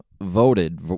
voted